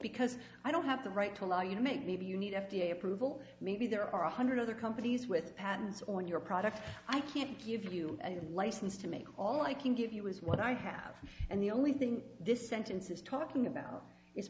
because i don't have the right to allow you to make maybe you need f d a approval maybe there are one hundred other companies with patents on your product i can't give you a license to make all i can give you is what i have and the only thing this sentence is talking about i